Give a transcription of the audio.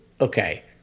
okay